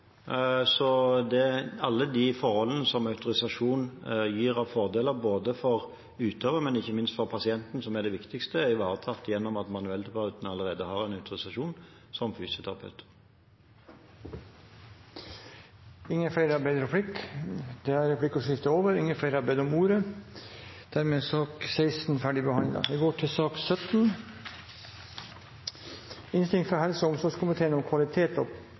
så alle de forholdene som autorisasjon gir av fordeler for utøver, men ikke minst for pasienten – som er det viktigste – er ivaretatt gjennom at manuellterapeuten allerede har en autorisasjon som fysioterapeut. Replikkordskiftet er over. Flere har ikke bedt om ordet til sak nr. 16. Etter ønske fra helse- og omsorgskomiteen